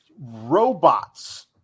robots